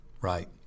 Right